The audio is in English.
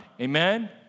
Amen